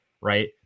right